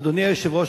אדוני היושב-ראש,